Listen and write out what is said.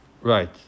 right